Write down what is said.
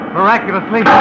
miraculously